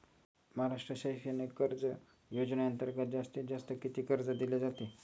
महाराष्ट्र शैक्षणिक कर्ज योजनेअंतर्गत जास्तीत जास्त किती कर्ज दिले जाते?